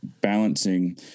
balancing